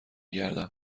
گردم